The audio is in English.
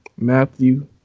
Matthew